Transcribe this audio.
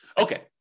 Okay